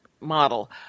model